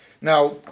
Now